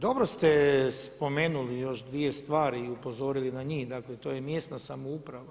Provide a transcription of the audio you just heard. Dobro ste spomenuli još dvije stvari i upozorili na njih, dakle to je mjesna samouprava.